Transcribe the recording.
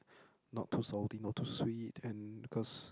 not too salty not too sweet and cause